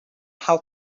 how